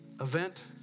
Event